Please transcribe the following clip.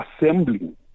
assembling